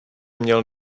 měl